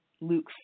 Luke